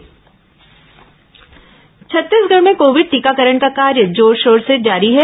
corona टीकाकरण छत्तीसगढ़ में COVID टीकाकरण का कार्य जोरशोर से जारी है